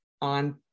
on